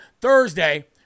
Thursday